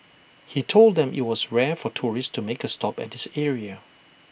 he told them IT was rare for tourists to make A stop at this area